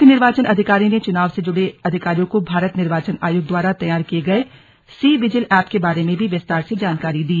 मुख्य निर्वाचन अधिकारी ने चुनाव से जुड़े अधिकारियों को भारत निर्वाचन आयोग द्वारा तैयार किये गए सी विजिल ऐप के बारे में भी विस्तार से जानकारी दी